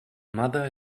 mother